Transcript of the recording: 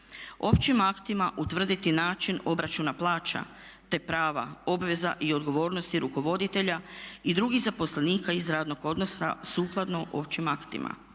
Općim aktima utvrditi način obračuna plaća te prava, obveza i odgovornosti rukovoditelja i drugih zaposlenika iz radnog odnosa sukladno općim aktima.